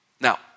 Now